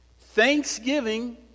thanksgiving